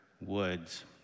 Woods